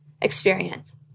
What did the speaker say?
experience